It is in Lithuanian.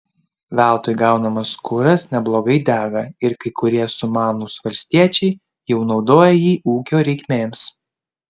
veltui gaunamas kuras neblogai dega ir kai kurie sumanūs valstiečiai jau naudoja jį ūkio reikmėms